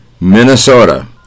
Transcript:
Minnesota